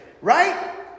right